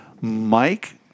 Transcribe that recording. Mike